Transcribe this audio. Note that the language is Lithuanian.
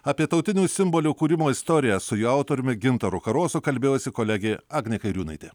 apie tautinių simbolių kūrimo istoriją su jo autoriumi gintaru karosu kalbėjosi kolegė agnė kairiūnaitė